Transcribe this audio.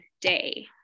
day